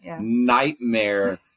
nightmare